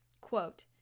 Quote